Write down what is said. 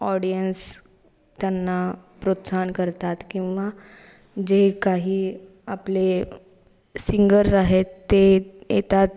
audience त्यांना प्रोत्साहन करतात किंवा जे काही आपले सिंगर्स आहेत ते येतात